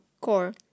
core